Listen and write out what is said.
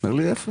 אומר לי אפס.